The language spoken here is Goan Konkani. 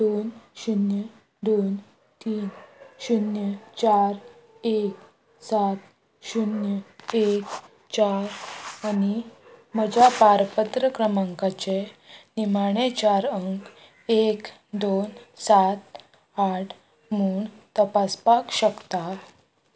दोन शुन्य दोन तीन शुन्य चार एक सात शुन्य एक चार आनी म्हज्या पारपत्र क्रमांकाचे निमाणे चार अंक एक दोन सात आठ म्हूण तपासपाक शकता